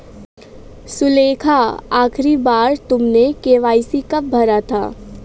सुलेखा, आखिरी बार तुमने के.वाई.सी कब भरा था?